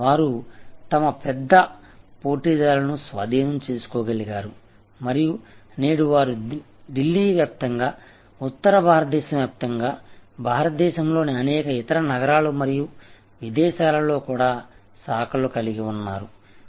వారు తమ పెద్ద పోటీదారులను స్వాధీనం చేసుకోగలిగారు మరియు నేడు వారు ఢిల్లీ వ్యాప్తంగా ఉత్తర భారతదేశం వ్యాప్తంగా భారతదేశంలోని అనేక ఇతర నగరాలు మరియు విదేశాలలో కూడా శాఖలు కలిగి ఉన్నారు